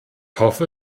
hoffe